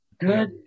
Good